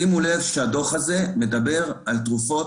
שימו לב שהדוח הזה מדבר על תרופות